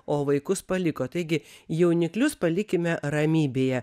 o vaikus paliko taigi jauniklius palikime ramybėje